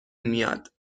میاد